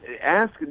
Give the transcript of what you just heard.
ask